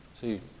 See